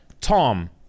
Tom